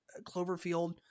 Cloverfield